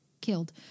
killed